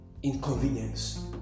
Inconvenience